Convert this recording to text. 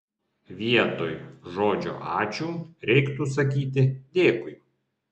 vietoj žodžio ačiū reiktų sakyti dėkui